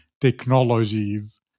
technologies